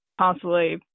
constantly